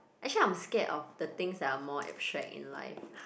actually I'm scared of the things that are more abstract in life